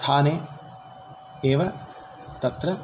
स्थाने एव तत्र